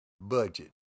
budget